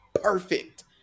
perfect